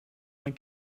mijn